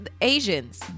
Asians